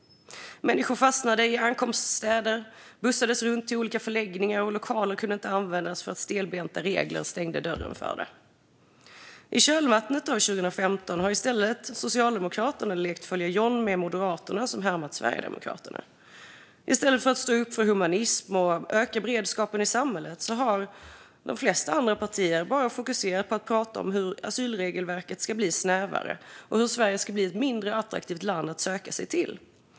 Människor fastnade i ankomststäder och bussades runt till olika förläggningar. Och lokaler kunde inte användas för att stelbenta regler stängde dörren för det. I kölvattnet av 2015 har Socialdemokraterna lekt följa John med Moderaterna, som har härmat Sverigedemokraterna. I stället för att stå upp för humanism och öka beredskapen i samhället har de flesta andra partier bara fokuserat på att prata om hur asylregelverket ska bli snävare och hur Sverige ska bli ett mindre attraktivt land att söka sig till.